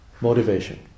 Motivation